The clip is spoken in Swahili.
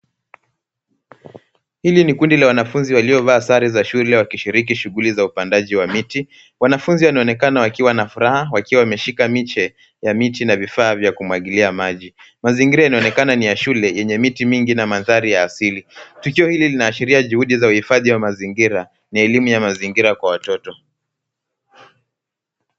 Hili ni kundi la wanafunzi waliovaa sare za shule wakishiriki shughuli za upandaji wa miti. Wanafunzi wanaonekana wakiwa na furaha wakiwa wameshika miche ya miti na vifaa vya kumwagilia maji. Mazingira inaonekana ni ya shule yenye miti mingi na mandhari ya asili. Tukio hili linaashiria juhudi za uhifadhi wa mazingira. Ni elimu ya mazingira kwa watoto.